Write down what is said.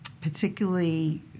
particularly